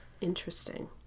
interesting